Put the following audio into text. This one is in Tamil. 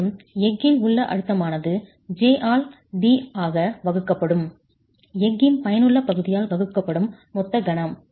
மேலும் எஃகில் உள்ள அழுத்தமானது j ஆல் d ஆக வகுக்கப்படும் எஃகின் பயனுள்ள பகுதியால் வகுக்கப்படும் மொத்த கணம்